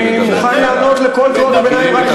אני מוכן לענות על כל קריאות הביניים,